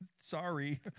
Sorry